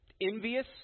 envious